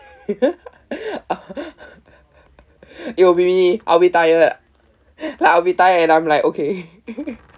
it'll be me I'll be tired like I'll be tired and I'm like okay